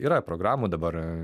yra programų dabar